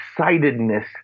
excitedness